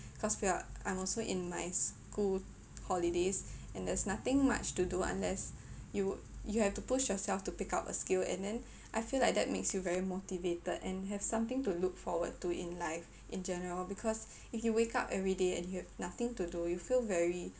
cause we are I'm also in my school holidays and there's nothing much to do unless you you have to push yourself to pick up a skill and then I feel like that makes you very motivated and have something to look forward to in life in general because if you wake up everyday and you have nothing to do you feel very